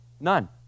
None